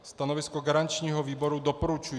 Stanovisko garančního výboru doporučující.